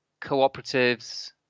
cooperatives